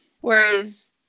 Whereas